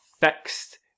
fixed